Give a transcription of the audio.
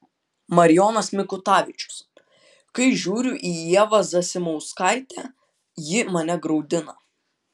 marijonas mikutavičius kai žiūriu į ievą zasimauskaitę ji mane graudina